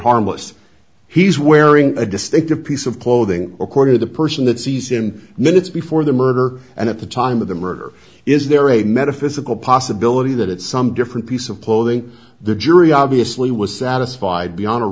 harmless he's wearing a distinctive piece of clothing according to the person that sees him minutes before the murder and at the time of the murder is there a metaphysical possibility that at some different piece of clothing the jury obviously was satisfied beyond a